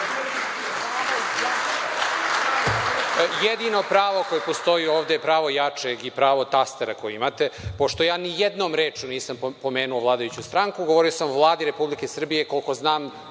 Jedino pravo koje postoje ovde je pravo jačeg i pravo tastera koji imate, pošto ja nijednom rečju nisam pomenuo vladajuću stranku, govorio sam o Vladi Republike Srbije, a koliko znam